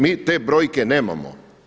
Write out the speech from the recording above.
Mi te brojke nemamo.